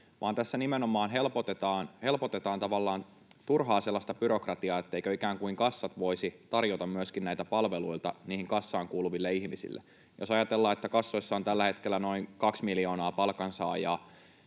vaan tässä nimenomaan helpotetaan tavallaan sellaista turhaa byrokratiaa, etteivätkö kassat voisi tarjota myöskin näitä palveluita niihin kassaan kuuluville ihmisille. Jos ajatellaan, että kassoissa on tällä hetkellä noin kaksi miljoonaa palkansaajaa,